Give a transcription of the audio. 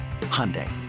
Hyundai